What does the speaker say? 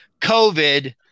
COVID